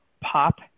pop